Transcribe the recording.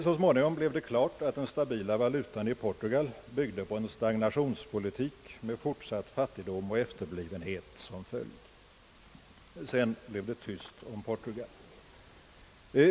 Så småningom blev det klart att den stabila valutan i Portugal byggde på en stagnationspolitik med fortsatt fattigdom och efterblivenhet som följd. Sedan blev det tyst om Portugal.